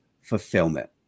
fulfillment